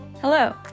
Hello